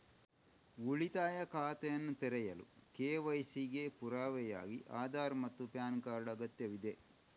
ಉಳಿತಾಯ ಖಾತೆಯನ್ನು ತೆರೆಯಲು ಕೆ.ವೈ.ಸಿ ಗೆ ಪುರಾವೆಯಾಗಿ ಆಧಾರ್ ಮತ್ತು ಪ್ಯಾನ್ ಕಾರ್ಡ್ ಅಗತ್ಯವಿದೆ